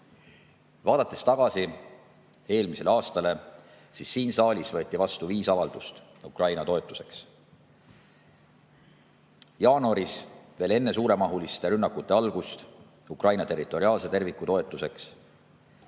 Vaadates tagasi eelmisele aastale, siis siin saalis võeti vastu viis avaldust Ukraina toetuseks. Jaanuaris, veel enne suuremahuliste rünnakute algust, [võtsime vastu